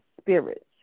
spirits